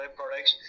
products